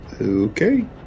Okay